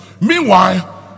meanwhile